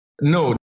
No